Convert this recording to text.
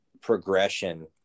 progression